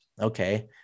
Okay